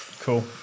Cool